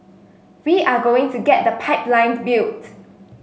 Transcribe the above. we are going to get the pipeline built